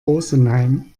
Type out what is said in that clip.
rosenheim